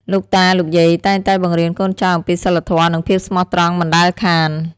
លោកតា លោកយាយតែងតែបង្រៀនកូនចៅអំពីសីលធម៌ និងភាពស្មោះត្រង់មិនដែលខាន។